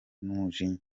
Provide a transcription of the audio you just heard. n’umujinya